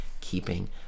keeping